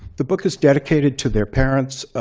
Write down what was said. the book is dedicated to their parents.